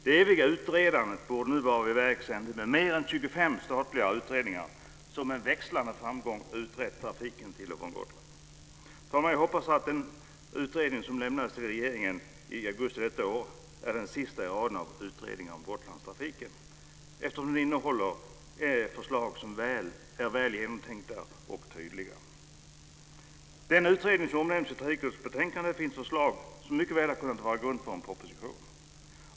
Det eviga utredandet borde nu vara vid vägs ände med mer än 25 statliga utredningar som med växlande framgång utrett trafiken till och från Gotland. Fru talman! Jag hoppas att den utredning som lämnades till regeringen i augusti i år är den sista i raden av utredningar om Gotlandstrafiken eftersom den innehåller förslag som är väl genomtänkta och tydliga. I den utredning som omnämns i trafikutskottets betänkande finns förslag som mycket väl hade kunnat vara till grund för en proposition.